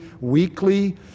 weekly